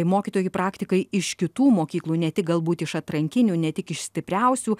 mokytojai praktikai iš kitų mokyklų ne tik galbūt iš atrankinių ne tik iš stipriausių